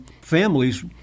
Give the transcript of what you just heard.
families